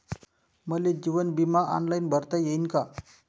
मले जीवन बिमा ऑनलाईन भरता येईन का?